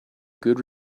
good